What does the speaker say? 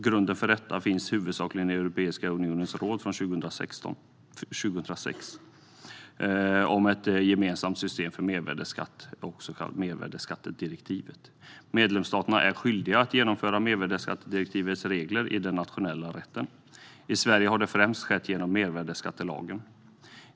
Grunden för detta finns huvudsakligen i Europeiska unionens råds direktiv från 2006 om ett gemensamt system för mervärdesskatt, det så kallade mervärdesskattedirektivet. Medlemsstaterna är skyldiga att genomföra mervärdesskattedirektivets regler i den nationella rätten. I Sverige har detta främst skett genom mervärdesskattelagen.